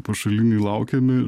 pašaliniai laukiami